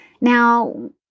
Now